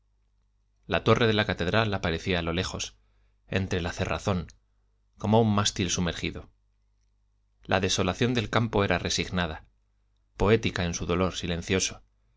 la torre de la catedral aparecía a lo lejos entre la cerrazón como un mástil sumergido la desolación del campo era resignada poética en su dolor silencioso